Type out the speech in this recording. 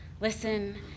listen